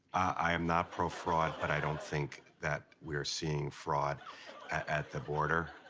i am not pro-fraud, but i don't think that we are seeing fraud at the border.